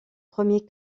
premiers